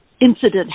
incident